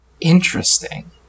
interesting